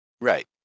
Right